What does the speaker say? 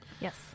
Yes